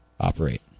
operate